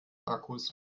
akkus